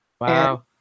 Wow